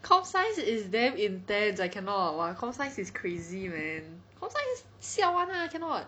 com science is damn intense I cannot !wah! com science is crazy man com science siao [one] lah cannot